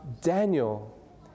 Daniel